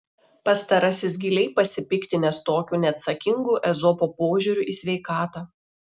pastarasis giliai pasipiktinęs tokiu neatsakingu ezopo požiūriu į sveikatą